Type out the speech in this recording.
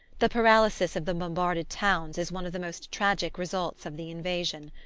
the paralysis of the bombarded towns is one of the most tragic results of the invasion.